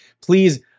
Please